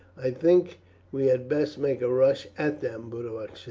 i think we had best make a rush at them, boduoc,